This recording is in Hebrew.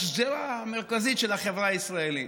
השדרה המרכזית של החברה הישראלית.